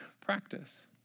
practice